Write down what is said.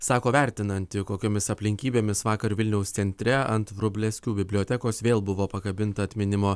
sako vertinanti kokiomis aplinkybėmis vakar vilniaus centre ant vrublevskių bibliotekos vėl buvo pakabinta atminimo